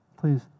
please